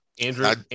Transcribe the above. andrew